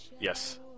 Yes